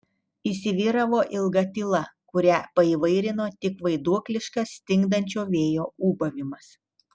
įsivyravo ilga tyla kurią paįvairino tik vaiduokliškas stingdančio vėjo ūbavimas